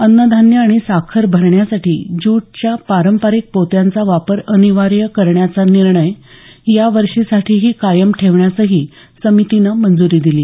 अन्नधान्य आणि साखर भरण्यासाठी ज्यूटच्या पारंपारिक पोत्यांचा वापर अनिवार्य करण्याचा निर्णय या वर्षीसाठीही कायम ठेवण्यासही समितीनं मंजुरी दिली